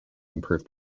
improve